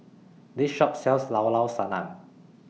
This Shop sells Llao Llao Sanum